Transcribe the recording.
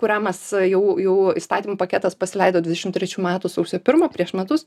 kurią mes jau jau įstatymų paketas pasileido dvidešimt trečių metų sausio pirmą prieš metus